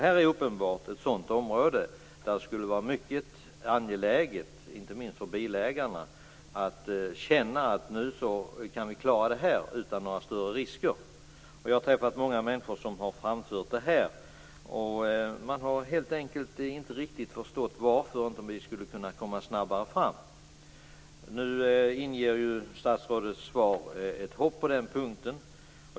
Här är uppenbart ett sådant område där det skulle vara mycket angeläget, inte minst för bilägarna, att känna att vi kan klara det här utan större risker. Jag har träffat många människor som har framfört detta. Man har helt enkelt inte riktigt förstått varför vi inte skulle kunna komma snabbare fram. Nu inger statsrådets svar ett hopp på den punkten.